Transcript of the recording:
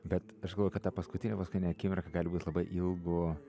bet aš galvoju kad ta paskutinė paskutinė akimirka gali būti labai ilgu